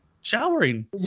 Showering